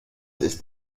ist